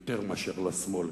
יותר מאשר לשמאל.